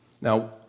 Now